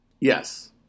yes